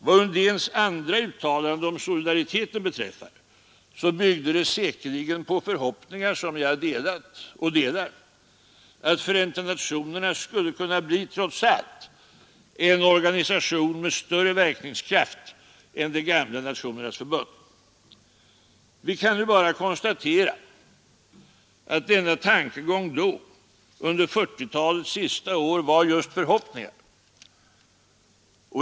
Vad Undéns andra uttalande, om solidariteten, beträffar byggde det säkerligen på förhoppningar, som jag delat och delar, att Förenta nationerna trots allt skulle kunna bli en organisation med större verkningskraft än det gamla Nationernas förbund. Vi kan nu bara konstatera att denna tankegång då, under 1940-talets sista år, var just förhoppningar.